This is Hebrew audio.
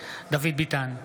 דוד ביטן,